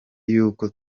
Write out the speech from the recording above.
y’uko